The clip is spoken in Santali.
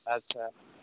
ᱟᱪᱪᱷᱟ